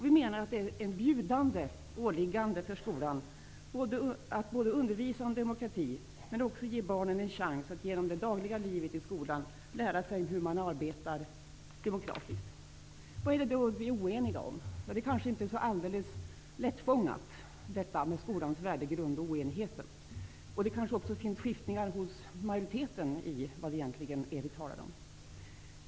Vi menar att det är ett bjudande åliggande för skolan att undervisa om demokrati men även att ge barnen en chans genom det dagliga livet i skolan lära sig hur man arbetar demokratiskt. Vad är det då vi är oeniga om? Oenigheten om skolans värdegrund är kanske inte alldeles lättfångad. Det kanske också finns skiftningar inom majoriteten i synen på denna fråga.